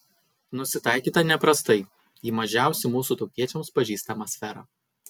nusitaikyta neprastai į mažiausią mūsų tautiečiams pažįstamą sferą